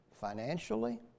financially